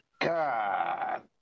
God